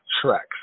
tracks